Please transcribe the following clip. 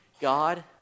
God